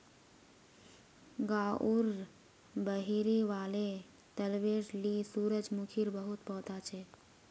गांउर बहिरी वाले तलबेर ली सूरजमुखीर बहुत पौधा छ